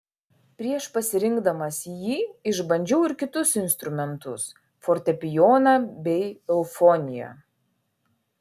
prieš pasirinkdamas jį išbandžiau ir kitus instrumentus fortepijoną bei eufoniją